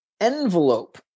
envelope